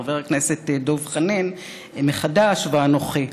חבר הכנסת דב חנין מחד"ש ואנוכי,